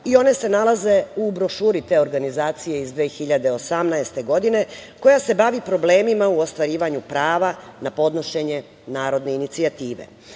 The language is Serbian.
i one se nalaze u brošuri te organizacije iz 2018. godine, koja se bavi problemima u ostvarivanju prava na podnošenje narodne inicijative. Inače,